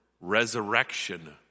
resurrection